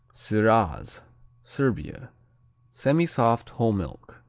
siraz serbia semisoft whole milk.